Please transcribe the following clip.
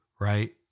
right